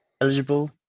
eligible